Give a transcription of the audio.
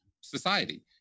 society